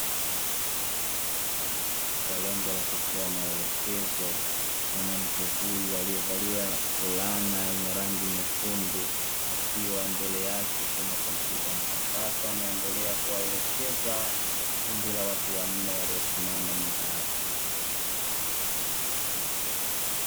Kwa lengo la kutoa maelekezo, mwanamke huyu aiyevalia fulana yenye rangi nyekundu akiwa mbele yake kuna kompyuta mpakato, anaendelea kuwaelekeza kundi la watu wanne waliosimama nyuma yake.